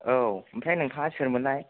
औ ओमफ्राय नोंहा सोरमोनलाय